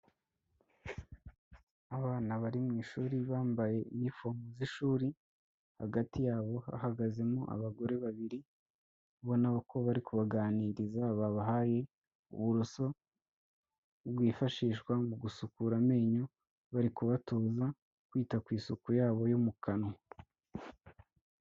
Abana bari mu ishuri bambaye inifomu z'ishuri, hagati yabo hahagazemo abagore babiri, ubona ko bari kubaganiriza, babahaye uburoso bwifashishwa mu gusukura amenyo, bari kubatoza kwita ku isuku yabo yo mu kanwa.